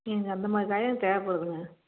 எனக்கு அந்த மாதிரி காய் தான் தேவைப்படுதுங்க